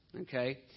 okay